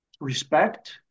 respect